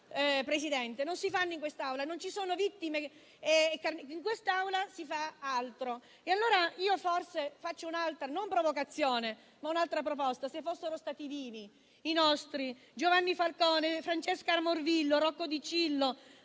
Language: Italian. Qui non ci sono vittime e carnefici. In quest'Aula si fa altro. Allora, io forse faccio, non un'altra provocazione, ma un'altra proposta. Se fossero stati vivi i nostri Giovanni Falcone, Francesca Morvillo, Rocco Dicillo,